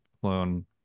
clone